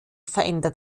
verändert